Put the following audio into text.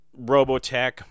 Robotech